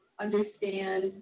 understand